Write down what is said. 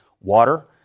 water